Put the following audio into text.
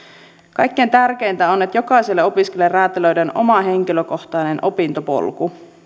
kaikkein tärkeintä on että jokaiselle opiskelijalle räätälöidään oma henkilökohtainen opintopolku